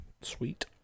sweet